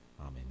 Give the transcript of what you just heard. Amen